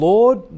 Lord